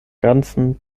ganzen